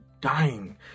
dying